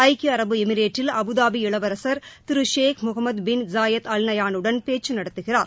ஐக்கிய அரபு எமிரேட்டில் அபுதாபி இளவரசர் திரு Sheikh Mohammed bin Zayed Al நஹ்யானுடன் பேச்சு நடத்துகிறார்